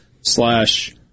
slash